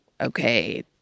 okay